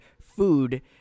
food